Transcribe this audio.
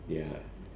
ya